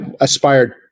aspired